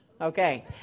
Okay